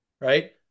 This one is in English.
Right